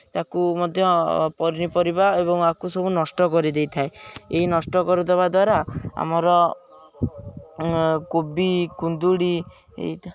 ତାକୁ ମଧ୍ୟ ପନିପରିବା ଏବଂ ଏହାକୁ ସବୁ ନଷ୍ଟ କରିଦେଇଥାଏ ଏହି ନଷ୍ଟ କରିଦେବା ଦ୍ୱାରା ଆମର କୋବି କୁନ୍ଦୁରି ଏଇ